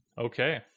okay